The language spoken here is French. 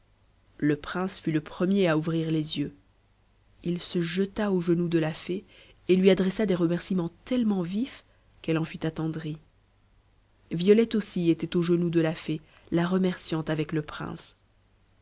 le prince fut le premier à ouvrir les yeux il se jeta aux genoux de la fée et lui adressa des remerciements tellement vifs qu'elle en fut attendrie violette aussi était aux genoux de la fée la remerciant avec le prince